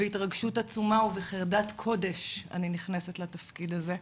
בהתרגשות עצומה ובחרדת קודש אני נכנסת לתפקיד הזה.